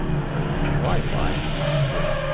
i go divide by three.